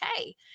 okay